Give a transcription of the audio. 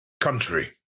country